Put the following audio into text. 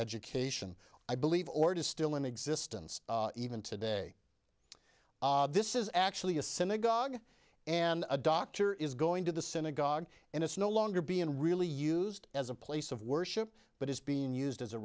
education i believe or does still in existence even today this is actually a synagogue and a doctor is going to the synagogue and it's no longer being really used as a place of worship but is being used as a